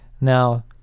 Now